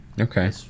Okay